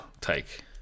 take